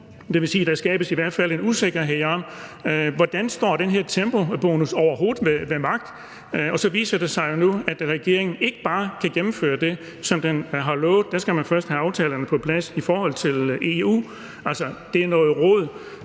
hvert fald sige, at der skabes en usikkerhed om, hvordan den her tempobonus overhovedet står ved magt, og så viser det sig jo nu, at regeringen ikke bare kan gennemføre det, som den har lovet, for der skal man først have aftalerne på plads i forhold til EU. Det er noget rod,